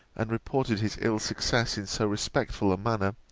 and reported his ill success in so respectful a manner,